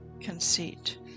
conceit